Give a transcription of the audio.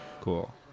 Cool